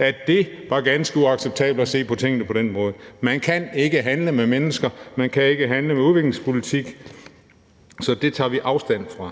i starten, at det var ganske uacceptabelt at se på tingene på den måde: Man kan ikke handle med mennesker, man kan ikke handle med udviklingspolitik, så det tager vi afstand fra.